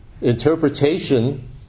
Interpretation